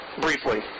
briefly